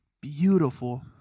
beautiful